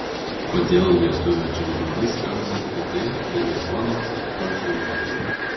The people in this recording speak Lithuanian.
kodėl lietuvio čiaudulys skamba kitaip nei japono ar prancūzo